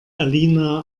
alina